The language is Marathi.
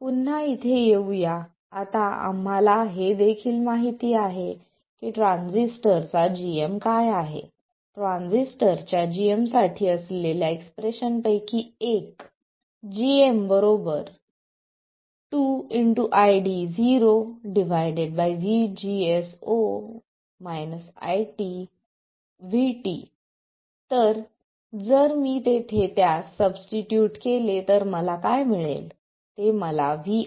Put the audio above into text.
पुन्हा इथे येऊ या आता आम्हाला हे देखील माहिती आहे की ट्रान्झिस्टर चा gm काय आहे ट्रांजिस्टर च्या gm साठी असलेल्या एक्सप्रेशन पैकी एक gm 2 ID0 तर जर मी तेथे त्यास सबस्टीट्यूट केले तर मला काय मिळेल ते मला Vi